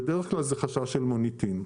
בדרך כלל זה חשש של מוניטין.